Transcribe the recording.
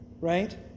Right